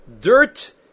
Dirt